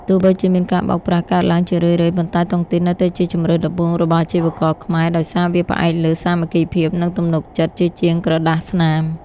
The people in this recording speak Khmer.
ទោះបីជាមានការបោកប្រាស់កើតឡើងជារឿយៗ ប៉ុន្តែតុងទីននៅតែជាជម្រើសដំបូងរបស់អាជីវករខ្មែរ ដោយសារវាផ្អែកលើ "សាមគ្គីភាព និងទំនុកចិត្ត" ជាជាងក្រដាសស្នាម។